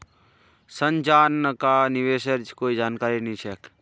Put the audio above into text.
संजनाक निवेशेर कोई जानकारी नी छेक